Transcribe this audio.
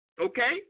okay